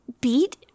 beat